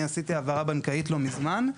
אני עשיתי העברה בנקאית לא מזמן.